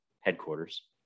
headquarters